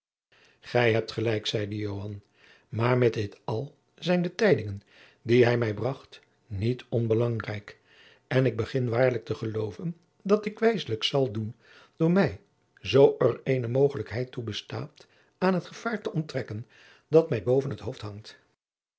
gij hebt gelijk zeide joan maar met dit al zijn de tijdingen die hij mij bracht niet onbelangrijk en ik begin waarlijk te geloven dat ik wijsselijk zal doen door mij zoo er eenige mogelijkheid toe bestaat aan het gevaar te onttrekken dat mij boven t hoofd hangt